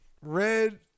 red